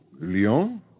Lyon